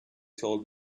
told